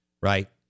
Right